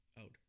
out